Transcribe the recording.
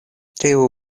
tiu